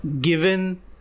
given